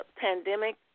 pandemic